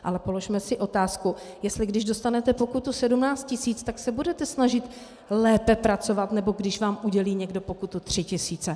Ale položme si otázku, jestli když dostanete pokutu 17 tisíc, tak se budete snažit lépe pracovat, nebo když vám udělí někdo pokutu 3 tisíce.